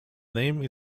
name